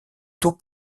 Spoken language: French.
tour